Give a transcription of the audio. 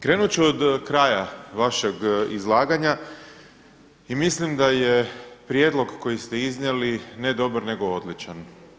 Krenut ću od kraja vašeg izlaganja i mislim da je prijedlog koji ste iznijeli ne dobar nego odličan.